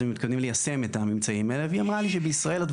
ואם מתכוונים ליישם את הממצאים האלה?